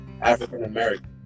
African-American